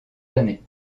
années